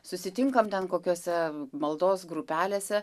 susitinkam ten kokiose maldos grupelėse